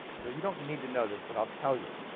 so you don't need to know this, but i'll tell you.